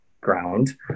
ground